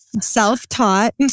self-taught